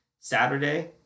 Saturday